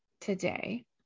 today